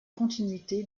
continuité